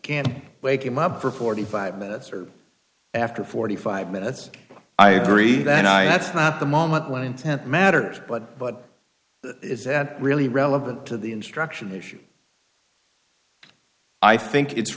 can't wake him up for forty five minutes or after forty five minutes i agree that i have the moment when intent matters but but is that really relevant to the instruction issue i think it's